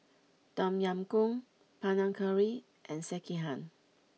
Tom Yam Goong Panang Curry and Sekihan